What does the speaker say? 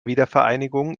wiedervereinigung